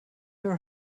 her